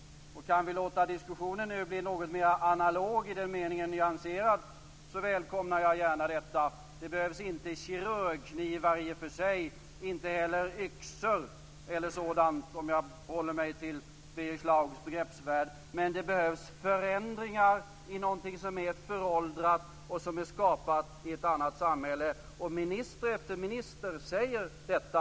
Kan vi låta diskussionen nu bli något mera analog, i meningen nyanserad, välkomnar jag gärna detta. Det behövs i och för sig inte kirurgknivar och inte heller yxor eller sådant, om jag håller mig till Birger Schlaugs begreppsvärld. Men det behövs förändringar i något som är föråldrat och som är skapat i ett annat samhälle. Minister efter minister säger detta.